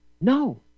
No